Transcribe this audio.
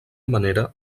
manera